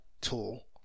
tool